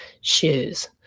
Shoes